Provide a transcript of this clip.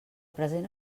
present